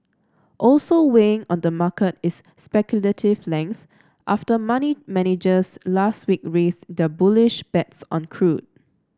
also weighing on the market is speculative length after money managers last week raised their bullish bets on crude